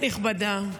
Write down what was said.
כנסת נכבדה,